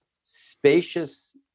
spacious